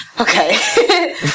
Okay